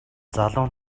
залуу